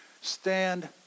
Stand